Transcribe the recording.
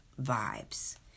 vibes